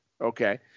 Okay